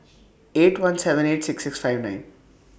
eight one seven eight six six five nine